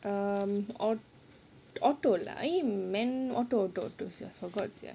um au~ auto lah eh man auto auto auto forgot sia